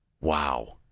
wow